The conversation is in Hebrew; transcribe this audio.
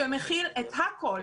שמכיל את הכול,